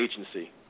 agency